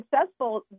successful